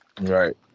Right